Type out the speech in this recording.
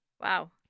Wow